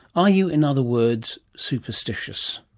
are you in other words superstitious,